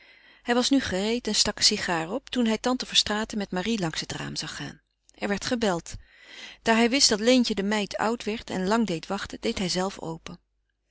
hij was nu gereed en stak een sigaar op toen hij tante verstraeten met marie langs het raam zag gaan er werd gebeld daar hij wist dat leentje de meid oud werd en lang deed wachten deed hijzelve open